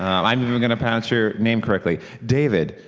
um i'm even gonna pronounce your name correctly. david,